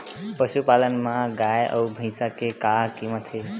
पशुपालन मा गाय अउ भंइसा के का कीमत हे?